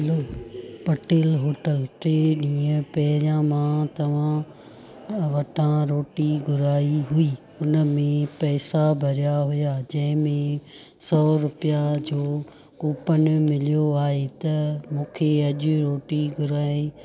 हलो Patel hotel टे ॾींहं पहिरां मां तव्हां वटां रोटी घुराई हुई हुन में पैसा भरिया हुआ जंहिं में सौ रुपया जो कुपन मिलियो आहे त मूंखे अॼु रोटी घुराइ